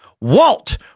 Walt